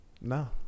No